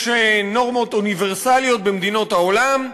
יש נורמות אוניברסליות במדינות העולם,